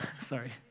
Sorry